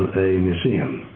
a museum,